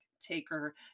taker